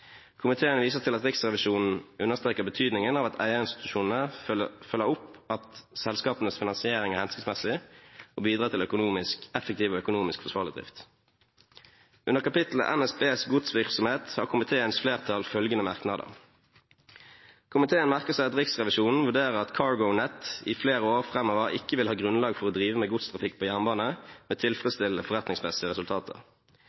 Komiteen viser til at Riksrevisjonen understreker betydningen av at eierinstitusjonene følger opp at selskapenes finansiering er hensiktsmessig og bidrar til effektiv og økonomisk forsvarlig drift.» Under kapitlet NSBs godsvirksomhet har komiteen følgende merknader: «Komiteen merker seg at Riksrevisjonen vurderer at CargoNet i flere år framover ikke vil ha grunnlag for å drive med godstrafikk på jernbane med